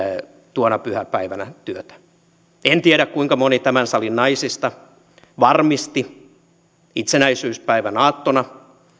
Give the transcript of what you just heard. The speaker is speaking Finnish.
tuona pyhäpäivänä työtä en tiedä kuinka moni tämän salin naisista varmisti itsenäisyyspäivän aattona